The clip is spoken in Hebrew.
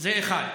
זה דבר אחד.